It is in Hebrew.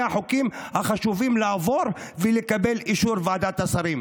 החוקים החשובים לעבור ולקבל אישור ועדת השרים.